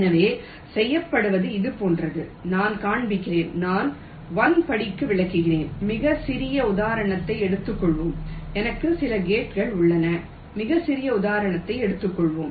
எனவே செய்யப்படுவது இது போன்றது நான் காண்பிக்கிறேன் நான் 1 படிக்கு விளக்குகிறேன் மிகச் சிறிய உதாரணத்தை எடுத்துக்கொள்வோம் எனக்கு சில கேட்கள் உள்ளன மிகச் சிறிய உதாரணத்தை எடுத்துக்கொள்வோம்